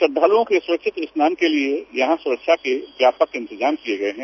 श्रऋालुओं के सुरक्षित स्नान के लिये यहां सुरक्षा के व्यापक इंतजाम किये गये हैं